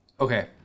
Okay